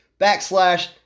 Backslash